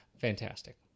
Fantastic